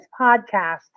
podcast